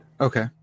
okay